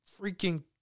freaking